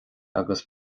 agus